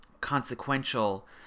consequential